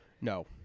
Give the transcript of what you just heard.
No